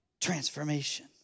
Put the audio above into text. transformation